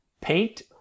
Paint